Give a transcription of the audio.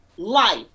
Life